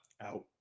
Out